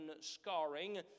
scarring